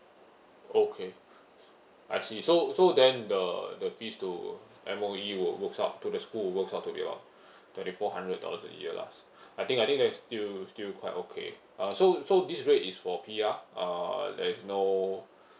okay I see so so then the the fees to M_O_E will works out to the school will works out to your twenty four hundred dollars a year lah I think I think that is still still quite okay uh so so this rate is for P_R uh there is no